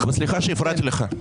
סליחה שהפרעתי לך.